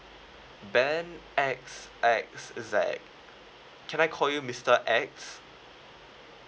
ben X X is like can I call you mister X